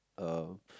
uh